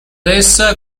essa